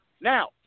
Now